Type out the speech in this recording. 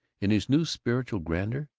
in his new spiritual grandeur,